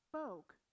spoke